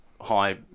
High